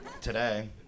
today